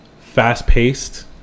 fast-paced